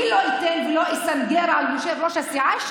אתם באים לדבר איתנו על הילדים שלנו?